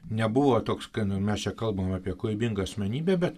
nebuvo toks kai nu mes čia kalbam apie kūrybingą asmenybę bet